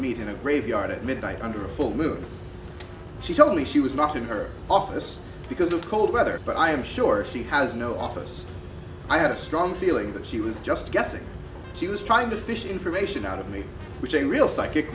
meet in a graveyard at midnight under a full moon she told me she was not in her office because of cold weather but i am sure she has no office i had a strong feeling that she was just guessing she was trying to fish information out of the which a real psychic